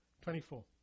twenty-four